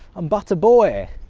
i'm butta boy!